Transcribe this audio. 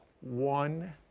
one